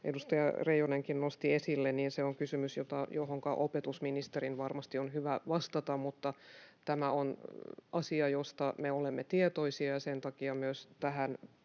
edustaja Reijonenkin nosti esille, on kysymys, johonka opetusministerin varmasti on hyvä vastata. Mutta tämä on asia, josta me olemme tietoisia, ja sen takia myös tähän